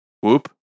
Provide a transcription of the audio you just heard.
Whoop